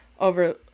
over